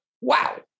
Wow